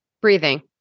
Breathing